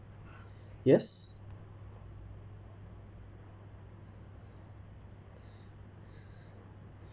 yes